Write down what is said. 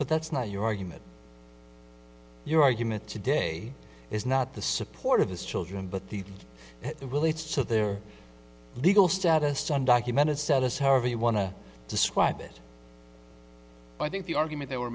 but that's not your argument your argument today is not the support of his children but the relates to their legal status to undocumented status however you want to describe it i think the argument they were